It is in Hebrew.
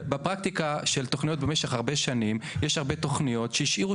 בפרקטיקה של תוכניות במשך הרבה שנים יש הרבה תוכניות שהשאירו